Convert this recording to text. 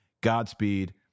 Godspeed